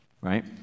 Right